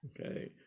okay